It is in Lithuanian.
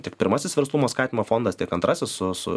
tiek pirmasis verslumo skatinimo fondas tiek antrasis su su